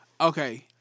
Okay